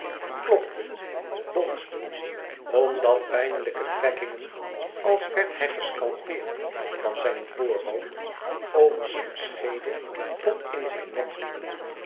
klopte bonsde omdat pijnlijke trekkingen als werd hij gescalpeerd van zijn voorhoofd over zijn schedel tot in zijn nek liepen